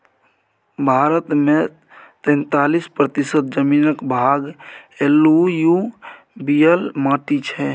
भारत मे तैतालीस प्रतिशत जमीनक भाग एलुयुबियल माटि छै